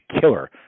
killer